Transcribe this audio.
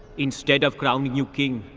instead of crowning you king,